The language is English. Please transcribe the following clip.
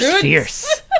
fierce